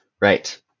Right